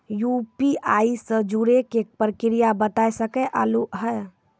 UPI से जुड़े के प्रक्रिया बता सके आलू है?